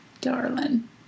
darling